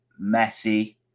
Messi